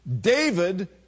David